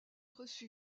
reçu